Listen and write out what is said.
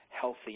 healthy